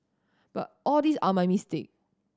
but all these are my mistake